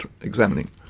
examining